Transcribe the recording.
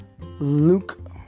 Luke